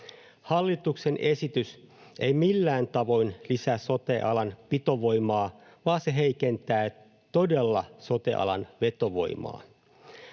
Hallituksen esitys ei millään tavoin lisää sote-alan pitovoimaa, vaan se heikentää todella sote-alan vetovoimaa.